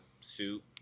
suit